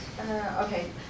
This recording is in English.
Okay